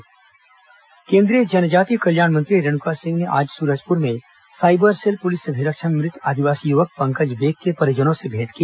केंद्रीय मंत्री जांच केंद्रीय जनजातीय कल्याण राज्य मंत्री रेणुका सिंह ने आज सूरजपुर में साइबर सेल पुलिस अभिरक्षा में मृत आदिवासी युवक पंकज बेक के परिजनों से भेंट की